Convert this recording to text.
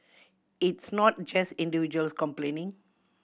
it's not just individuals complaining